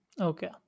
Okay